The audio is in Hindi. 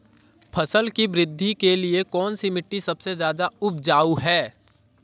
फसल की वृद्धि के लिए कौनसी मिट्टी सबसे ज्यादा उपजाऊ है?